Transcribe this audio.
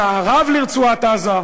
ממערב לרצועת-עזה,